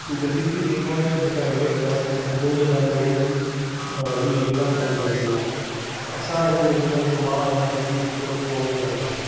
ग़रीबी रेखा जे जेका हेठि रहनि था उन जे लाइ मेन ही योजना कमु कंदी आहे असां हिन योजना जो अञा सद उपयोगु कोन कयो आहे